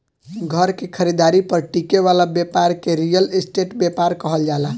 घर के खरीदारी पर टिके वाला ब्यपार के रियल स्टेट ब्यपार कहल जाला